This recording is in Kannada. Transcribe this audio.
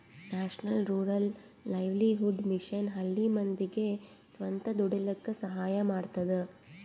national rural livelihood mission ಹಳ್ಳಿ ಮಂದಿಗ್ ಸ್ವಂತ ದುಡೀಲಕ್ಕ ಸಹಾಯ ಮಾಡ್ತದ